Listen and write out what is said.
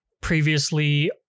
Previously